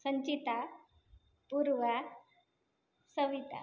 Sanchita Purva Savita